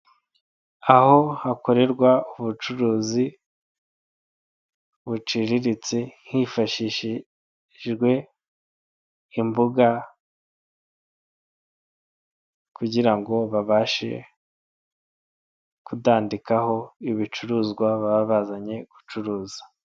Aho hakorerwa ubucuruzi buciriritse hifashishijwe imbuga kugira babashe kudandikaho ibicuruzwa baba bazanye gucuruza.